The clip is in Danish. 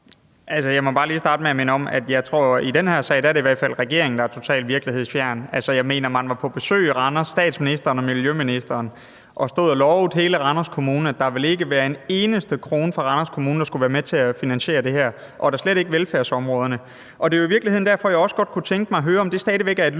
Jeg må bare lige starte med at minde om, at det i den her sag i hvert fald er regeringen, der er totalt virkelighedsfjern. Statsministeren og miljøministeren var på besøg i Randers og stod og lovede hele Randers Kommune, at der ikke ville være en eneste krone fra Randers Kommune, der skulle være med til at finansiere det her – og da slet ikke velfærdsområderne. Det er jo i virkeligheden derfor, at jeg også godt kunne tænke mig at høre, om det stadig væk er et